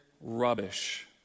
Rubbish